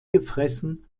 gefressen